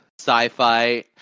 sci-fi